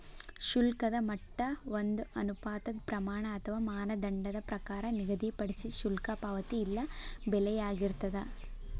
ಶುಲ್ಕದ ಮಟ್ಟ ಒಂದ ಅನುಪಾತದ್ ಪ್ರಮಾಣ ಅಥವಾ ಮಾನದಂಡದ ಪ್ರಕಾರ ನಿಗದಿಪಡಿಸಿದ್ ಶುಲ್ಕ ಪಾವತಿ ಇಲ್ಲಾ ಬೆಲೆಯಾಗಿರ್ತದ